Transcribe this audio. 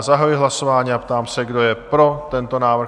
Zahajuji hlasování a ptám se, kdo je pro tento návrh?